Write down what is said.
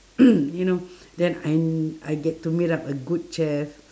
you know then I I get to meet up a good chef